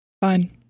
Fine